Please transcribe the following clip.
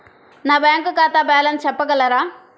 నా బ్యాంక్ ఖాతా బ్యాలెన్స్ చెప్పగలరా?